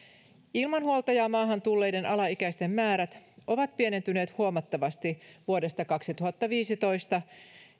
ilman huoltajaa maahan tulleiden alaikäisten määrät ovat pienentyneet huomattavasti vuodesta kaksituhattaviisitoista